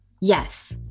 Yes